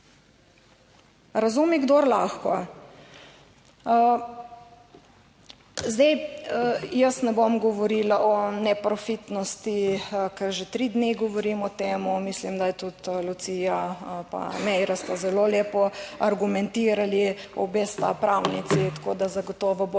Razumi, kdor lahko. Zdaj, jaz ne bom govorila o neprofitnosti, ker že tri dni govorim o tem, mislim, da je tudi Lucija pa Meira sta zelo lepo argumentirali, obe sta pravnici, tako da zagotovo bolj